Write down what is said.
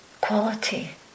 quality